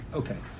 okay